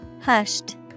Hushed